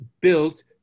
built